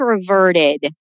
introverted